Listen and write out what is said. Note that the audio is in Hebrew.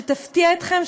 שתפתיע אתכם,